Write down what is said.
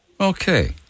Okay